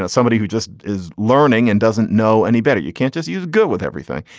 ah somebody who just is learning and doesn't know any better you can't just use good with everything.